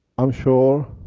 i'm sure,